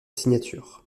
signature